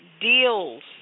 Deals